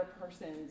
person's